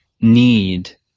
need